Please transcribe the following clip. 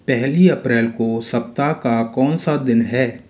पहली अप्रैल को सप्ताह का कौन सा दिन है